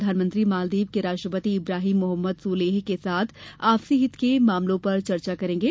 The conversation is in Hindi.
प्रधानमंत्री मालदीव के राष्ट्रपति इब्राहिम मोहम्मद सोलेह के साथ आपसी हित के मामलों पर चर्चा करेंगे